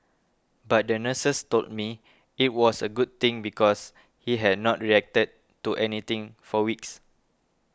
but the nurses told me it was a good thing because he had not reacted to anything for weeks